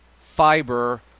fiber